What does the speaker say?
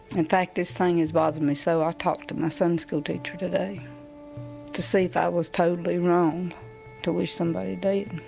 in fact, this thing was bothering me so i talked to my sunday school teacher today to see if i was totally wrong to wish somebody dead.